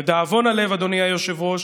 לדאבון הלב, אדוני היושב-ראש,